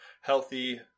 healthy